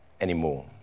anymore